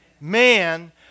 man